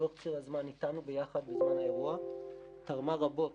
להיות כל הזמן איתנו ביחד בזמן האירוע תרמה רבות